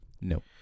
No